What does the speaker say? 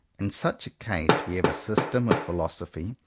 in such a case we have a system of philosophy,